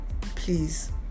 please